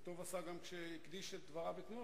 וטוב עשה גם כשהקדיש את דבריו אתמול,